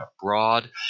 abroad